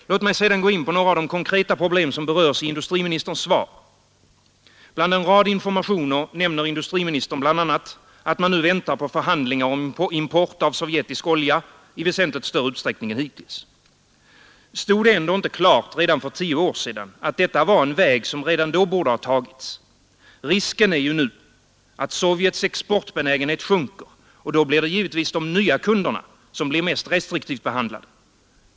Låt mig sedan gå in på några av de konkreta problem som berörs i industriministerns svar. Bland en rad informationer nämner industriministern att man nu väntar på förhandlingar om import av sovjetisk olja i väsentligt större utsträckning än hittills. Stod det ändå inte klart redan för tio år sedan, att detta var en väg som redan då borde ha tagits? Risken är ju nu att Sovjets exportbenägenhet sjunker, och då blir det givetvis de nya kunderna som blir mest restriktivt behandlade.